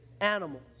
animals